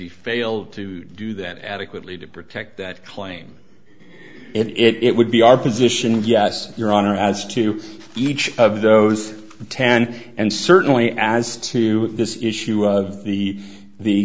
he failed to do that adequately to protect that claim it would be our position and yes your honor as to each of those ten and certainly as to this issue of the the